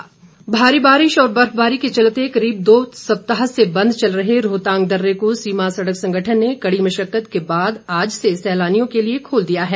रोहतांग भारी बारिश और बर्फबारी के चलते करीब दो सप्ताह से बंद चल रहे रोहतांग दर्रे को सीमा सड़क संगठन ने कड़ी मशक्कत के बाद आज से सैलानियों के लिये खोल दिया है